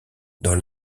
dans